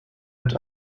mit